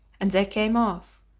and they came off.